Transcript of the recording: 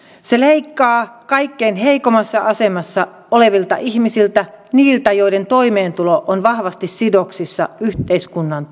se leikkaa kaikkein heikoimmassa asemassa olevilta ihmisiltä niiltä joiden toimeentulo on vahvasti sidoksissa yhteiskunnan